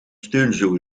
steunzool